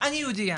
אני יהודייה,